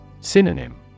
Synonym